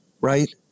right